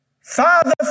Father